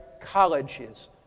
colleges